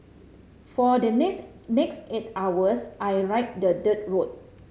for the next next eight hours I ride the dirt road